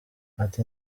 ati